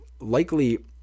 likely